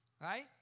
Right